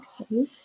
Okay